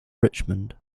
richmond